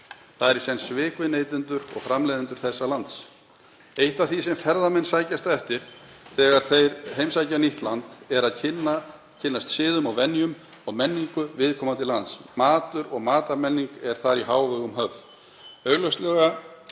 Það eru í senn svik við neytendur og framleiðendur þessa lands. Eitt af því sem ferðamenn sækjast eftir þegar þeir heimsækja nýtt land er að kynnast siðum og venjum og menningu viðkomandi lands. Matur og matarmenning er þar í hávegum höfð.